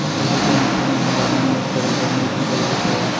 पहिली के मनसे मन ह जादा निवेस करे बर नइ सोचत रहिस हावय